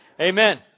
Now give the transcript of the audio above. Amen